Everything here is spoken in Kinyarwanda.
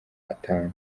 atanu